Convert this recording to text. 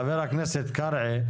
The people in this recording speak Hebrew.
חבר הכנסת קרעי,